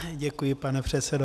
Děkuji, pane předsedo.